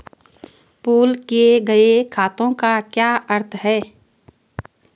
Pool किए गए खातों का क्या अर्थ है?